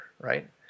right